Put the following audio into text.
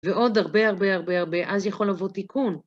ועוד הרבה הרבה הרבה הרבה, אז יכול לבוא תיקון.